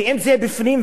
ואם בפנים,